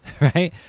right